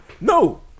no